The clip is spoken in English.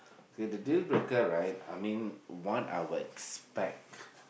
okay the deal breaker right I mean one I would expect